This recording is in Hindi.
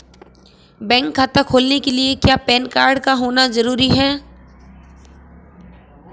बैंक खाता खोलने के लिए क्या पैन कार्ड का होना ज़रूरी है?